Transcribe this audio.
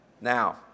now